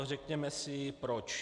Řekněme si proč.